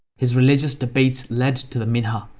his religious debates led to the minha,